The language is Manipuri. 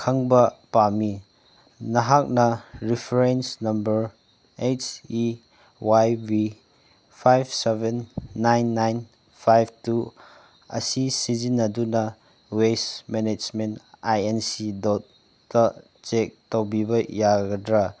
ꯈꯪꯕ ꯄꯥꯝꯃꯤ ꯅꯍꯥꯛꯅ reference number S E Y B five seven nine nine five two ꯑꯁꯤ ꯁꯤꯖꯤꯟꯅꯗꯨꯅ ꯋꯦꯁ ꯃꯦꯅꯦꯁꯃꯦꯟ ꯑꯥꯏ ꯑꯦꯟ ꯁꯤ ꯗꯣꯠꯀ ꯆꯦꯛ ꯇꯧꯕꯤꯕ ꯌꯥꯒꯗ꯭ꯔꯥ